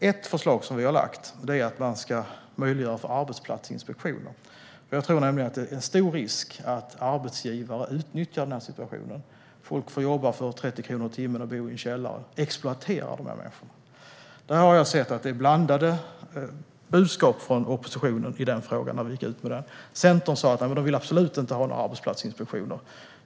Ett förslag som vi har lagt fram är att man ska möjliggöra för arbetsplatsinspektioner. Jag tror nämligen att det finns en stor risk för att arbetsgivare utnyttjar denna situation, att folk får jobba för 30 kronor i timmen och bo i en källare och att dessa människor exploateras. Jag har sett att det är blandade budskap från oppositionen i denna fråga. Centern har sagt att de absolut inte vill ha några arbetsplatsinspektioner.